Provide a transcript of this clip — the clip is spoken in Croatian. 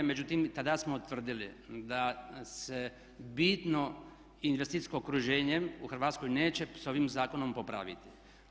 Međutim i tada smo tvrdili da se bitno investicijsko okruženje u Hrvatskoj neće sa ovim zakonom popraviti.